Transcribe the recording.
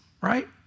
right